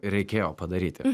ir reikėjo padaryti